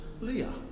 Leah